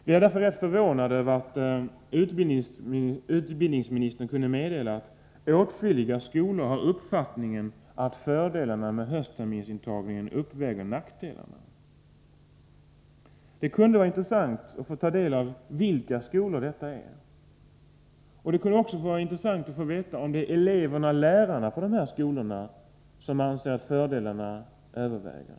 Därför blir jag något förvånad över utbildningsministerns meddelande, att åtskilliga skolor har den uppfattningen att fördelarna med höstterminsintagningen överväger nackdelarna. Det skulle vara intressant att få veta vilka skolor som avses. Vidare skulle det vara intressant att få veta om det är eleverna och lärarna på berörda skolor som anser att fördelarna överväger.